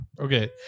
Okay